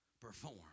perform